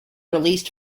released